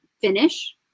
finish